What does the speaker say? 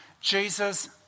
Jesus